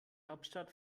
hauptstadt